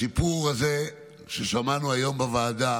את הסיפור הזה שמענו היום בוועדה